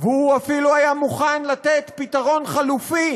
והוא אפילו היה מוכן לתת פתרון חלופי